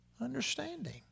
understanding